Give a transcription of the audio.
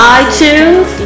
iTunes